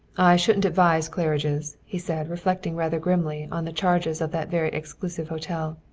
shouldn't advise claridge's, he said, reflecting rather grimly on the charges of that very exclusive hotel.